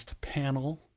panel